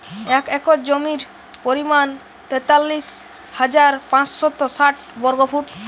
এক একর জমির পরিমাণ তেতাল্লিশ হাজার পাঁচশত ষাট বর্গফুট